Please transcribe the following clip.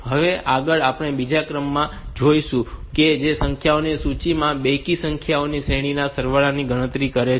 હવે આગળ આપણે બીજા પ્રોગ્રામ માં જોઈશું કે જે સંખ્યાઓની સૂચિમાંથી બેકી સંખ્યાઓની શ્રેણીના સરવાળાની ગણતરી કરે છે